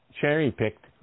cherry-picked